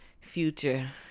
future